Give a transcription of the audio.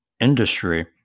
industry